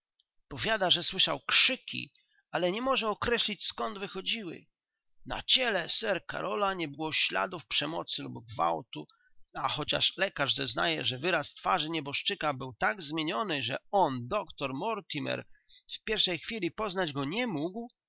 powiada że słyszał krzyki ale nie może określić skąd wychodziły na ciele sir karola nie było śladów przemocy lub gwałtu a chociaż lekarz zeznaje że wyraz twarzy nieboszczyka był tak zmieniony że on doktor mortimer w pierwszej chwili poznać go nie mógł